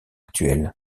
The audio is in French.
actuelles